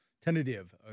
Tentative